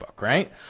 right